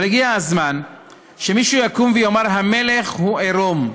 אבל הגיע הזמן שמישהו יקום ויאמר: המלך הוא עירום.